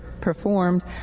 performed